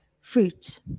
fruit